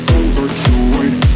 overjoyed